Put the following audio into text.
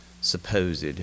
supposed